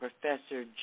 Professor